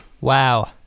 Wow